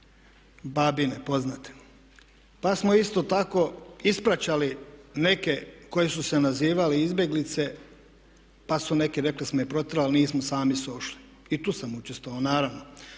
poznate. Pa smo isto tako ispraćali neke koji su se nazivali izbjeglice pa su neki rekli smo i protjerali, nismo, sami su otišli. I tu sam učestvovao, naravno.